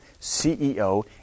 CEO